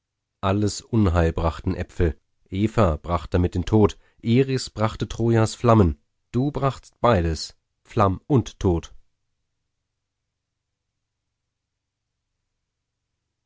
alles unheil brachten äpfel eva bracht damit den tod eris brachte trojas flammen du brachtst beides flamm und tod